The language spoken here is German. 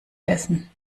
essen